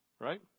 right